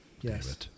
Yes